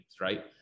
right